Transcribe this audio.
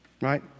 right